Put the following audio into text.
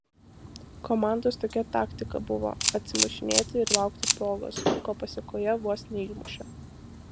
komandos tokia taktika buvo atsimušinėti ir laukti progos ko pasėkoje vos neįmušė